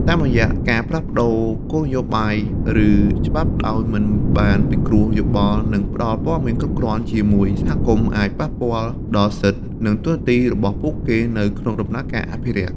តាមរយៈការផ្លាស់ប្តូរគោលនយោបាយ ឬច្បាប់ដោយមិនបានពិគ្រោះយោបល់នឹងផ្ដល់ព័ត៌មានគ្រប់គ្រាន់ជាមួយសហគមន៍អាចប៉ះពាល់ដល់សិទ្ធិ និងតួនាទីរបស់ពួកគេនៅក្នុងដំណើរការអភិរក្ស។